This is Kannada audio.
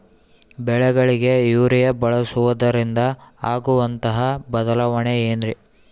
ಬೆಳೆಗಳಿಗೆ ಯೂರಿಯಾ ಬಳಸುವುದರಿಂದ ಆಗುವಂತಹ ಬದಲಾವಣೆ ಏನ್ರಿ?